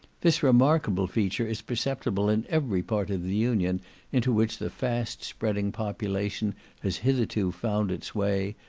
this remarkable feature is perceptible in every part of the union into which the fast spreading population has hitherto found its way,